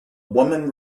woman